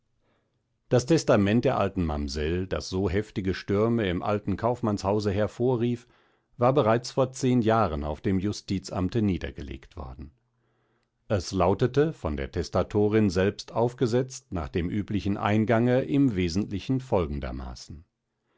das testament der alten mamsell das so heftige stürme im alten kaufmannshause hervorrief war bereits vor zehn jahren auf dem justizamte niedergelegt worden es lautete von der testatorin selbst aufgesetzt nach dem üblichen eingange im wesentlichen folgendermaßen